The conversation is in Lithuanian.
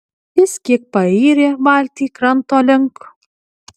jis kiek payrė valtį kranto link